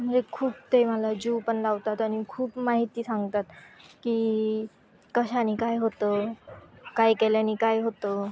म्हणजे खूप ते मला जीव पण लावतात आणि खूप माहिती सांगतात की कशाने काय होतं काय केल्याने काय होतं